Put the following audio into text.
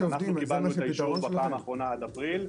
אנחנו קיבלנו את האישור בפעם האחרונה עד אפריל.